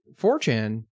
4chan